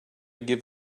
give